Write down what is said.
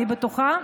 אני בטוחה,